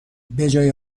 بجای